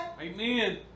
Amen